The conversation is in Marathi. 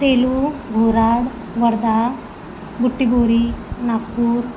सेलू भुराड वर्धा बुटीबुरी नागपूर